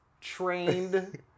trained